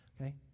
okay